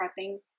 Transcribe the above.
prepping